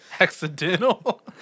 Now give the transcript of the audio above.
Accidental